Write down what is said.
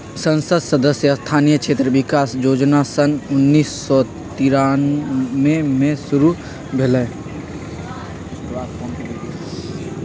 संसद सदस्य स्थानीय क्षेत्र विकास जोजना सन उन्नीस सौ तिरानमें में शुरु भेलई